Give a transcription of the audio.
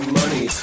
money